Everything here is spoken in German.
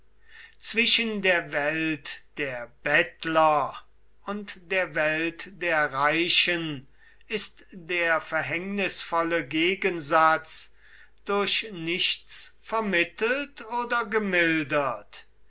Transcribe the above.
zwischen der welt der bettler und der welt der reichen ist der verhängnisvolle gegensatz durch nichts vermittelt oder gemildert